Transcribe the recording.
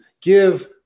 give